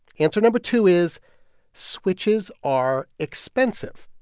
answer number two is switches are expensive.